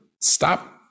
stop